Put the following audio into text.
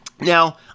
Now